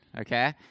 Okay